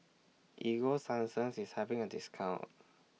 Ego Sunsense IS having A discount